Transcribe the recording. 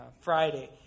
Friday